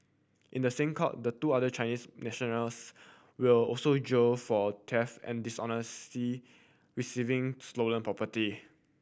in the same court the two other Chinese nationals will also jail for theft and dishonestly receiving stolen property